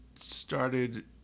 started